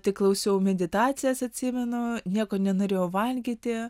tik klausiau meditacijas atsimenu nieko nenorėjau valgyti